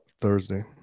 Thursday